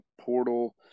portal